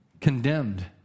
condemned